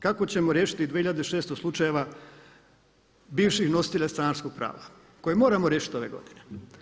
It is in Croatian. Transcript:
Kako ćemo riješiti 2006 slučajeva bivših nositelja stanarskog prava koje moramo riješiti ove godine?